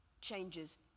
changes